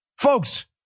folks